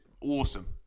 awesome